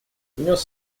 внес